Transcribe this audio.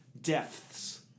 depths